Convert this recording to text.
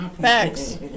Facts